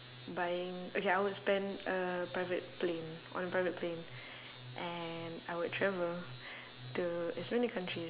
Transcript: buying okay I would spend uh private plane on a private plane and I would travel to as many countries